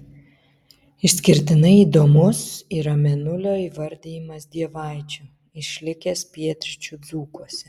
išskirtinai įdomus yra mėnulio įvardijimas dievaičiu išlikęs pietryčių dzūkuose